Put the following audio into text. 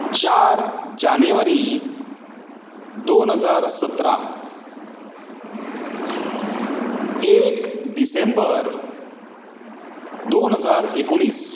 चार जानेवारी दोन हजार सतरा एक डिसेंबर दोन हजार एकुणीस